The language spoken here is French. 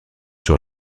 sur